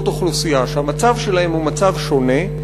אוכלוסייה שהמצב שלהן הוא מצב שונה,